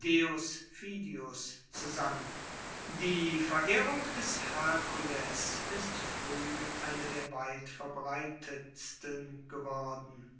zusammen die verehrung des hercules ist frueh eine der weitverbreitetsten geworden